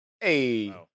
Hey